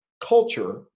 culture